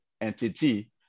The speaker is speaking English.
entity